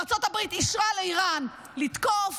ארצות הברית אישרה לאיראן לתקוף,